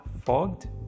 fogged